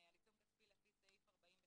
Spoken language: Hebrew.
בסעיף 11(א)